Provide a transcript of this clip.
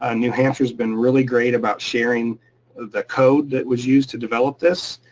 ah new hampshire's been really great about sharing the code that was used to develop this,